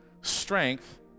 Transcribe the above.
strength